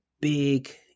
big